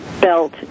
belt